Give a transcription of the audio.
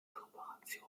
kooperation